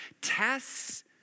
Tests